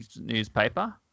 newspaper